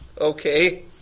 okay